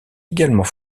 également